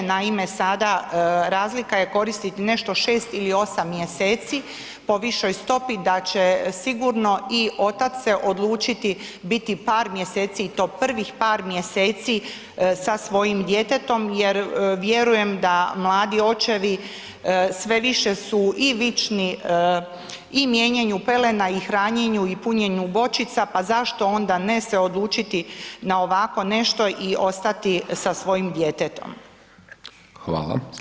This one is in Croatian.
Naime, sada razlika je koristiti nešto 6 ili 8 mjeseci po višoj stopi, da će sigurno i otac se odlučiti biti par mjeseci i to prvih par mjeseci sa svojim djetetom jer vjerujem da mladi očevi sve više su i vični i mijenjanju pelena i hranjenju i punjenu bočica, pa zašto onda ne se odlučiti na ovako nešto i ostati sa svojim djetetom.